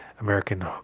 American